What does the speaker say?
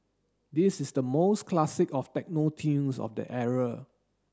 this is the most classic of techno tunes of that era